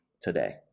today